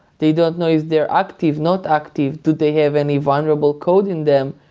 they don't know if they're active, not active. do they have any vulnerable code in them?